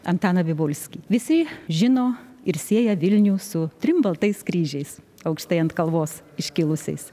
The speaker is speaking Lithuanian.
antaną vivulskį visi žino ir sieja vilnių su trim baltais kryžiais aukštai ant kalvos iškilusiais